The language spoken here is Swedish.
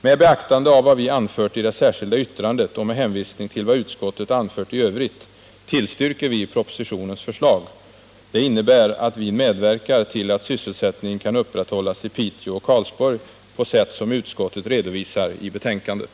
Med beaktande av vad vi anfört i det särskilda yttrandet och med hänvisning till vad utskottet anfört i övrigt, tillstyrker vi propositionens förslag. Detta innebär att vi medverkar till att sysselsättningen kan upprätthållas i Piteå och Karlsborg, på sätt som utskottet redovisar i betänkandet.